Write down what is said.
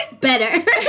better